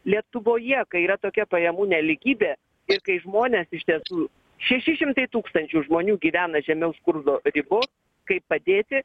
lietuvoje kai yra tokia pajamų nelygybė ir kai žmonės iš tiesų šeši šimtai tūkstančių žmonių gyvena žemiau skurdo ribos kaip padėti